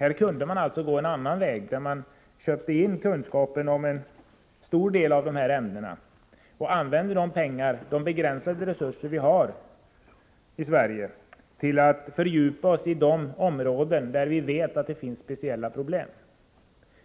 Man kunde även gå en annan väg, nämligen att man köper kunskap om en större del av dessa ämnen från andra länder och använder de begränsade resurser vi har i Sverige till att fördjupa oss inom de områden där vi vet att det finns speciella problem.